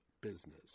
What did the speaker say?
business